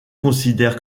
considère